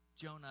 Jonah